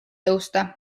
tõusta